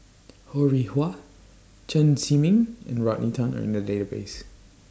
Ho Rih Hwa Chen Zhiming and Rodney Tan Are in The Database